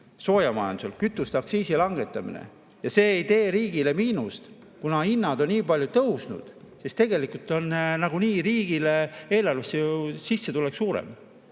soojamajandusel, kütuste aktsiisi langetamine. See ei tee riigile miinust, kuna hinnad on nii palju tõusnud, siis tegelikult on nagunii riigieelarvesse sissetulek suurem.